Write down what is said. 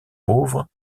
pauvre